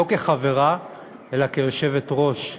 לא כחברה אלא כיושבת-ראש,